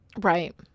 Right